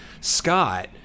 Scott